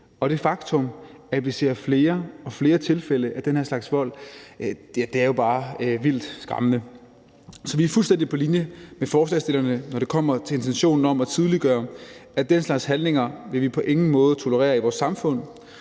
og det faktum, at vi ser flere og flere tilfælde af den her slags vold, er jo bare vildt skræmmende. Så vi er fuldstændig på linje med forslagsstillerne, når det kommer til intentionen om at tydeliggøre, at den slags handlinger vil vi på ingen måde tolerere i vores samfund.